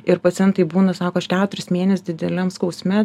ir pacientai būna sako aš keturis mėnes dideliam skausme